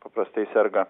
paprastai serga